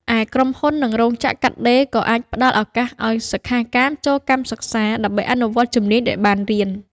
ឯក្រុមហ៊ុន និងរោងចក្រកាត់ដេរក៏អាចផ្តល់ឱកាសឱ្យសិក្ខាកាមចូលកម្មសិក្សា ដើម្បីអនុវត្តជំនាញដែលបានរៀន។